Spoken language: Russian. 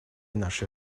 нашей